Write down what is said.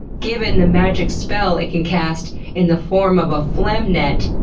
given the magic spell it can cast in the form of a phlegm net,